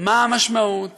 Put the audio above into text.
מה המשמעות